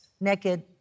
naked